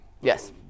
Yes